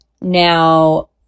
Now